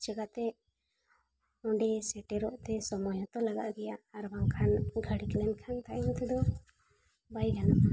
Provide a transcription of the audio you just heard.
ᱪᱮᱠᱟᱛᱮ ᱚᱸᱰᱮ ᱥᱮᱴᱮᱨᱚᱜ ᱛᱮ ᱥᱚᱢᱚᱭ ᱦᱚᱸᱛᱚ ᱞᱟᱜᱟᱜ ᱜᱮᱭᱟ ᱟᱨ ᱵᱟᱝᱠᱷᱟᱱ ᱜᱷᱟᱹᱲᱤᱠ ᱞᱮᱱᱠᱷᱟᱱ ᱛᱟᱭᱚᱢ ᱛᱮᱫᱚ ᱵᱟᱭ ᱜᱟᱱᱚᱜᱼᱟ